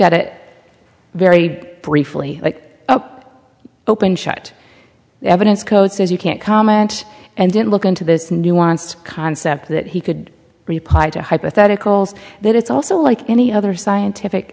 at it very briefly like open shut evidence code says you can't comment and didn't look into this nuanced concept that he could reply to hypotheticals that it's also like any other scientific